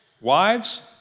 wives